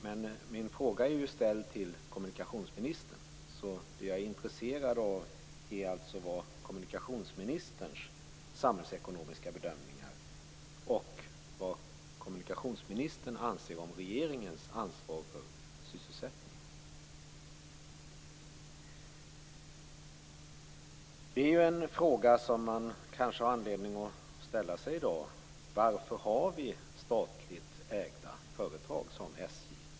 Men min fråga är ställd till kommunikationsministern och det jag är intresserad av är alltså kommunikationsministerns samhällsekonomiska bedömningar och vad kommunikationsministern anser om regeringens ansvar för sysselsättningen. En fråga som det kanske finns anledning att ställa i dag är följande: Varför har vi statligt ägda företag som SJ?